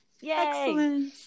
Yay